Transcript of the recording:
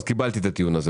קיבלתי את הטיעון הזה.